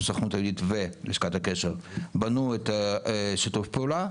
היום הסוכנות היהודית ולשכת הקשר בנו שיתוף פעולה,